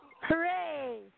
Hooray